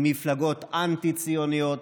עם מפלגות אנטי-ציוניות,